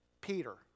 Peter